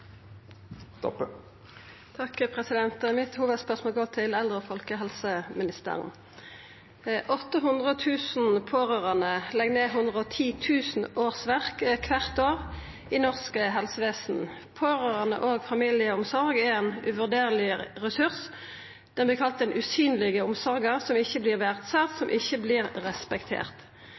Mitt hovudspørsmål går til eldre- og folkehelseministeren. 800 000 pårørande legg kvart år ned 110 000 årsverk i norsk helsevesen. Pårørande- og familieomsorg er ein uvurderleg ressurs. Den vert kalla den usynlege omsorga, som ikkje vert verdsett, som ikkje vert respektert.